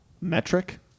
Metric